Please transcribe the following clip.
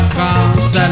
France